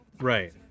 Right